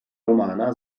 romana